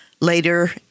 later